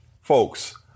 folks